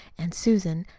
and, susan,